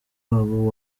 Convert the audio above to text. wabo